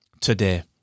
today